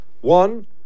One